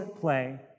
play